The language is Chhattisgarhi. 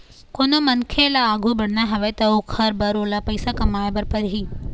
कोनो मनखे ल आघु बढ़ना हवय त ओखर बर ओला पइसा कमाए बर परही